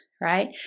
right